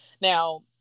Now